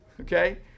Okay